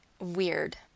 weird